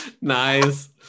Nice